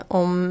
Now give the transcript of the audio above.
om